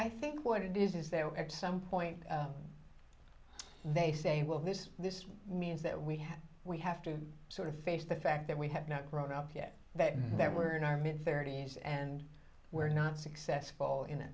i think what it is is there at some point they say well this this means that we have we have to sort of face the fact that we have not grown up yet that now that we're in our midst thirty years and we're not successful in